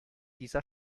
dieser